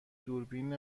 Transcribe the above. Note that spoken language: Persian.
دوربین